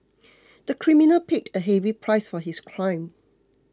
the criminal paid a heavy price for his crime